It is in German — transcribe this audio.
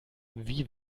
wie